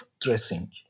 dressing